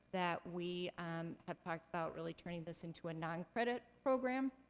that we have talked about really turning this into a non-credit program,